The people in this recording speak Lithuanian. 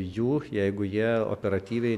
jų jeigu jie operatyviai